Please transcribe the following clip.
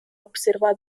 observado